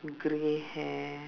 grey hair